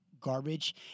garbage